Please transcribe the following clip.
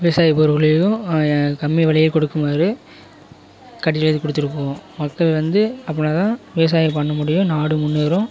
விவசாய பொருட்களையும் கம்மி விலையில் கொடுக்குமாறு கடிதம் எழுதி கொடுத்துருக்கோம் மக்கள் வந்து அப்படினாதான் விவசாயம் பண்ண முடியும் நாடும் முன்னேறும்